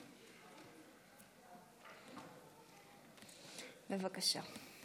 בבקשה.